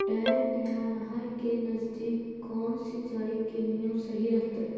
Dam या नहर के नजदीक कौन सिंचाई के नियम सही रहतैय?